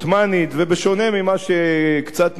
בשונה קצת ממה שנאמר כאן,